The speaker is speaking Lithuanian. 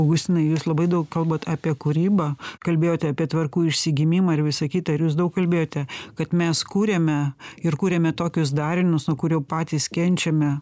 augustinai jūs labai daug kalbat apie kūrybą kalbėjote apie tvarkų išsigimimą ir visą kita ir jūs daug kalbėjote kad mes kūrėme ir kūrėme tokius darinius nuo kurių patys kenčiame